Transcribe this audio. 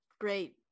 great